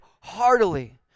heartily